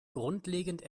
grundlegend